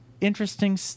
interesting